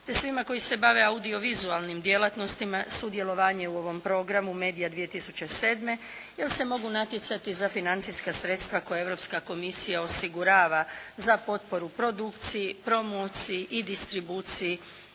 te svima koji se bave audiovizualnim djelatnostima sudjelovanje u ovom programu Media 2007., jer se mogu natjecati za financijska sredstva koja Europska komisija osigurava za potporu produkciji, promociji i distribuciji